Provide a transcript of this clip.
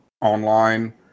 Online